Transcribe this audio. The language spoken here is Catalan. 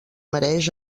mereix